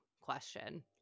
question